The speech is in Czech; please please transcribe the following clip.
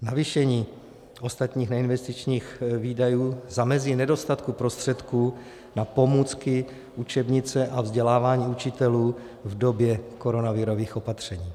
Navýšení ostatních neinvestičních výdajů zamezí nedostatku prostředků na pomůcky, učebnice a vzdělávání učitelů v době koronavirových opatření.